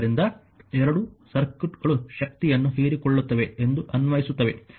ಆದ್ದರಿಂದ ಎರಡೂ ಸರ್ಕ್ಯೂಟ್ಗಳು ಶಕ್ತಿಯನ್ನು ಹೀರಿಕೊಳ್ಳುತ್ತವೆ ಎಂದು ಅನ್ವಯಿಸುತ್ತವೆ